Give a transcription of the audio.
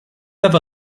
ever